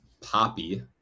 Poppy